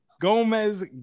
Gomez